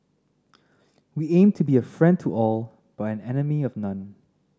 we aim to be a friend to all but an enemy of none